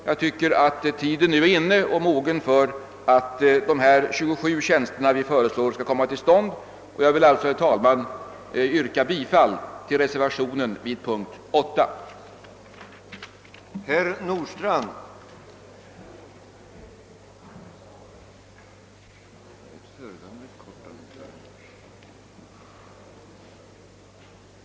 Jag tycker att tiden nu är mogen för att de 27 tjänster vi föreslår skall inrättas. Herr talman! Jag ber alltså att få yrka bifall till den vid punkten 8 fogade reservationen 1.